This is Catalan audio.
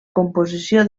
composició